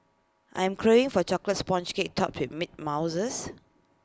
I am craving for A Chocolate Sponge Cake Topped with mint mouses